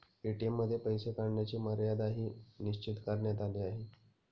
ATM मध्ये पैसे काढण्याची मर्यादाही निश्चित करण्यात आली आहे